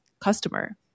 customer